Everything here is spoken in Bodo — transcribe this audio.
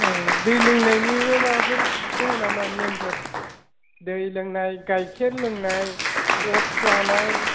दै लोंनायनिबो माबाफोर दङ नामा नेमफोर दै लोंनाय गाइखेर लोंनाय अटस जानाय